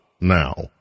now